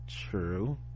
true